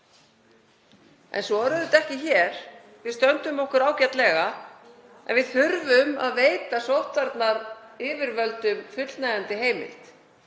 En svo er auðvitað ekki hér. Við stöndum okkur ágætlega en við þurfum að veita sóttvarnayfirvöldum fullnægjandi heimild.